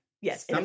yes